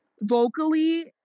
vocally